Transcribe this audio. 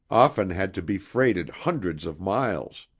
often had to be freighted hundreds of miles.